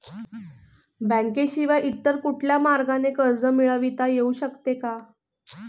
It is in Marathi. बँकेशिवाय इतर कुठल्या मार्गाने कर्ज मिळविता येऊ शकते का?